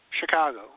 Chicago